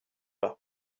pas